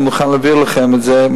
אני מוכן להעביר לכם את זה,